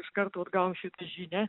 iškart vat gausit žinią